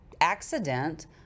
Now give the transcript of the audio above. accident